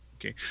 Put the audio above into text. Okay